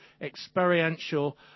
experiential